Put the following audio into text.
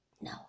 no